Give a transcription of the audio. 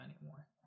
anymore